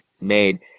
made